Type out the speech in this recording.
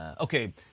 Okay